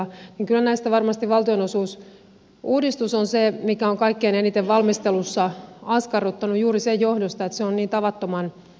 kyllä näistä varmasti valtionosuusuudistus on se mikä on kaikkein eniten valmistelussa askarruttanut juuri sen johdosta että se on niin tavattoman vaikea